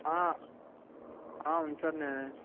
అవును సార్ నేనే సార్ నే